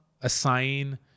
assign